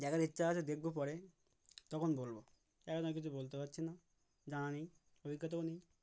দেখার ইচ্ছা আছে দেখবো পরে তখন বলবো এখন আমি কিছু বলতে পারছি না জানা নেই অভিজ্ঞতাও নেই